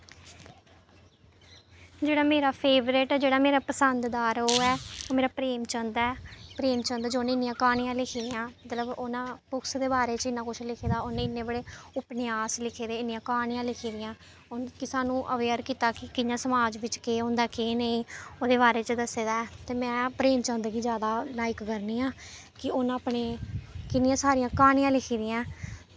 जेह्ड़ा मेरा फेवरट ऐ जेह्ड़ा मेरा पसंद दार ओह् ऐ मेरा प्रेमचन्द ऐ प्रेमचन्द जुने इन्नियां क्हानियां लिखी दियां मतलब ओह् ना बुक्स दे बारे च इन्ना कुछ लिखे दे उ'नें इन्ने बड़े उपन्यास लिखे दे इन्नियां क्हानियां लिखी दियां उ'नें कि सानूं अवेयर कीता कि कि'यां समाज बिच्च केह् होंदा केह् नेईं ओह्दे बारे च दस्से दा ऐ ते में प्रेमचंद गी जादा लाइक करनी आं कि उ'नें अपने किन्नियां सारियां क्हानियां लिखी दियां